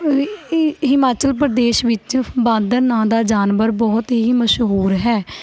ਹਿਮਾਚਲ ਪ੍ਰਦੇਸ਼ ਵਿੱਚ ਬਾਂਦਰ ਨਾਂ ਦਾ ਜਾਨਵਰ ਬਹੁਤ ਹੀ ਮਸ਼ਹੂਰ ਹੈ